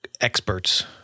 experts